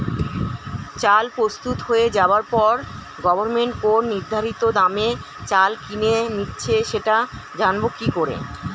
চাল প্রস্তুত হয়ে যাবার পরে গভমেন্ট কোন নির্ধারিত দামে চাল কিনে নিচ্ছে সেটা জানবো কি করে?